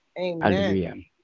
Amen